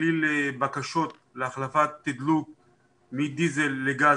להכליל בקשות להחלפת תדלוק מדיזל לגז